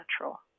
natural